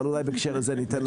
אבל אולי בהקשר הזה ניתן להם.